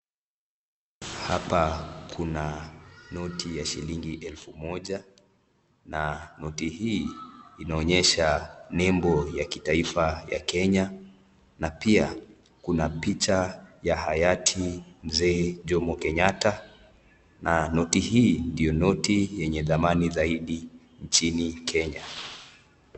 Hapa Kuna noti ya shilingi elfu Moja, na noti hii inaonesha nebo ya kitafa ya Kenya, na pia Kuna picha ya ayati Mzee Jomo Kenyatta, na noti hii ndio noti yenye dhamani zaidi nchini Kenya.